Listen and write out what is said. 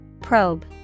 Probe